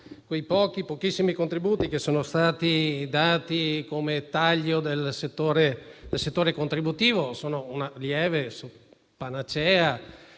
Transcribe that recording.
pochi, pochissimi aiuti che sono dati come taglio del settore contributivo sono una lieve panacea